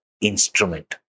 instrument